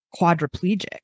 quadriplegic